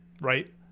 Right